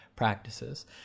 practices